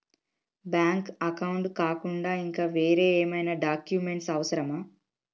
Bank account కాకుండా ఇంకా వేరే ఏమైనా డాక్యుమెంట్స్ అవసరమా?